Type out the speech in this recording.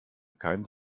kein